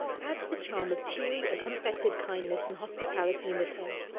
adds the charm of cheery and unaffected kindness and hospitality in the tent,